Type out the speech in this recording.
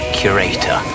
curator